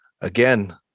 again